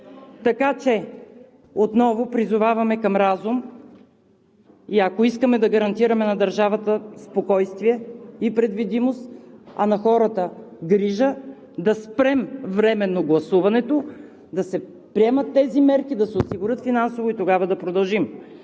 Така че отново призоваваме към разум и ако искаме да гарантираме на държавата спокойствие и предвидимост, а на хората грижа, да спрем временно гласуването, да се приемат тези мерки, да се осигурят финансово и тогава да продължим,